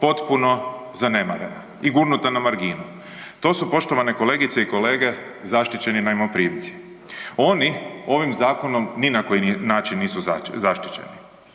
potpuno zanemarena i gurnuta na marginu. To su, poštovani kolegice i kolege, zaštićeni najmoprimci. Oni ovim zakonom ni na koji način nisu zaštićeni.